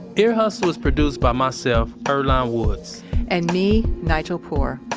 ear hustle is produced by myself, earlonne woods and me, nigel poor,